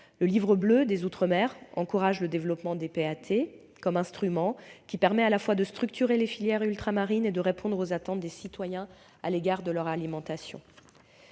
Le Livre bleu des outre-mer encourage le développement des PAT comme instruments permettant à la fois de structurer les filières ultramarines et de répondre aux attentes des citoyens à l'égard de leur alimentation.